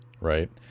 right